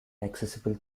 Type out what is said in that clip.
accessible